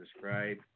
describe